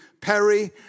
Perry